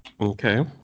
Okay